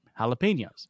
jalapenos